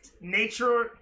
Nature